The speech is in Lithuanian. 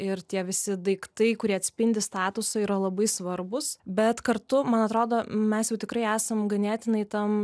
ir tie visi daiktai kurie atspindi statusą yra labai svarbus bet kartu man atrodo mes jau tikrai esam ganėtinai tam